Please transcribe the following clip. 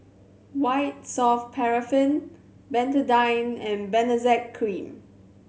White Soft Paraffin Betadine and Benzac Cream